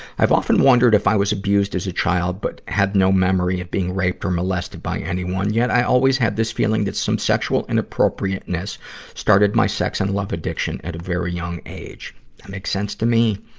i've often wonder if i was abused as a child, but had no memory of being raped or molested by anyone. yet i always had this feeling that some sexual inappropriateness started my sex and love addiction at a very young age. that makes sense to me,